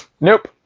Nope